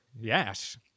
Yes